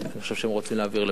אני חושב שהם רוצים להעביר לוועדה.